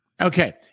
Okay